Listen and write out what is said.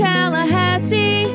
Tallahassee